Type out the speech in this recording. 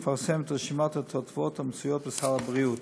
מפרסם את רשימת התותבות שנמצאות בסל הבריאות.